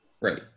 Right